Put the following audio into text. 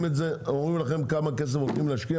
אומרים לכם כמה כסף הולכים להשקיע